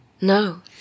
No